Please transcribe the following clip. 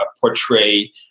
portray